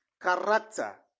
character